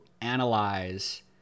analyze